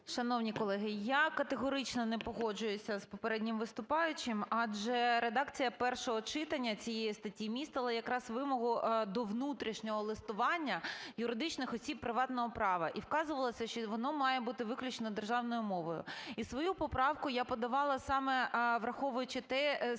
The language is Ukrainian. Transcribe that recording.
Шановні колеги, я категорично не погоджуюся з попереднім виступаючим, адже редакція першого читання цієї статті містила якраз вимогу до внутрішнього листування юридичних осіб приватного права, і вказувалося, що воно має бути виключно державною мовою. І свою поправку я подавала, саме враховуючи те… свій,